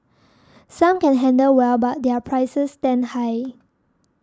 some can handle well but their prices stand high